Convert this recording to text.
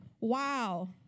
Wow